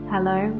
Hello